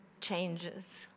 changes